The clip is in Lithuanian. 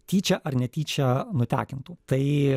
tyčia ar netyčia nutekintų tai